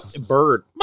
Bird